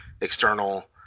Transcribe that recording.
external